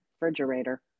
refrigerator